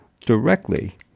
directly